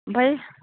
ओमफ्राय